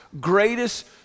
greatest